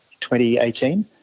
2018